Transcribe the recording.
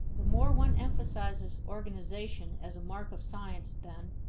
the more one emphasizes organization as a mark of science, then,